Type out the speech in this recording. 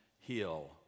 heal